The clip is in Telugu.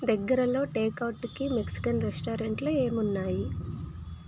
దగ్గరలో టేక్ఔట్కి మెక్సికన్ రెస్టారెంట్లు ఏం ఉన్నాయి